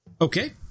Okay